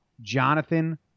Jonathan